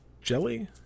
jelly